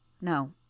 No